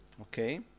okay